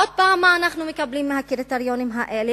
עוד פעם, מה אנחנו מקבלים מהקריטריונים האלה?